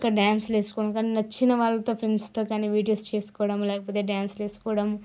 ఇక్కడ డ్యాన్సులు వేసుకుంటాం కాని నచ్చిన వాళ్ళతో ఫ్రెండ్స్తో కాని ఈ వీడియోస్ చేసుకోవడం లేకపోతే డ్యాన్స్లు వేసుకోవడం